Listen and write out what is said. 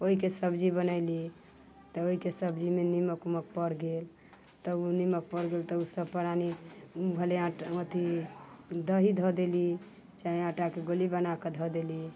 ओहिके सब्जी बनयली तऽ ओहिके सब्जीमे निमक उमक पड़ि गेल तऽ ओ निमक पड़ि गेल तऽ ओ सभ प्राणी भले आँटा अथि दही धऽ देली चाहे आँटाके गोली बनाकऽ धऽ देली